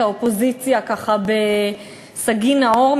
האופוזיציה בסגי נהור,